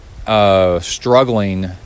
Struggling